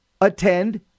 attend